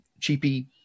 cheapy